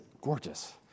gorgeous